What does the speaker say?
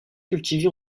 cultivé